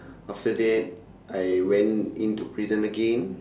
after that I went into prison again